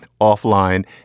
offline